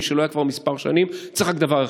שלא היה כבר כמה שנים צריך רק דבר אחד: